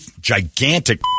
gigantic